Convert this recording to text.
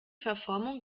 verformung